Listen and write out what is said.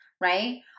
right